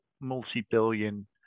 multi-billion